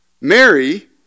Mary